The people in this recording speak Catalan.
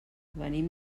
venim